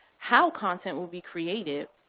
how content will be created,